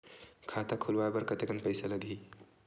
खाता खुलवाय बर कतेकन पईसा लगही?